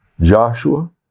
Joshua